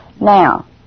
Now